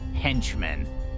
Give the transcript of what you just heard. henchmen